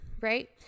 right